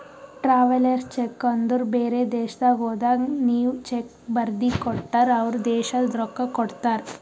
travellers cheque ಅಂದುರ್ ಬೇರೆ ದೇಶದಾಗ್ ಹೋದಾಗ ನೀವ್ ಚೆಕ್ ಬರ್ದಿ ಕೊಟ್ಟರ್ ಅವ್ರ ದೇಶದ್ ರೊಕ್ಕಾ ಕೊಡ್ತಾರ